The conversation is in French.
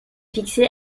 fixé